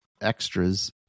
Extras